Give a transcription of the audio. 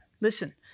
listen